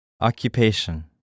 Occupation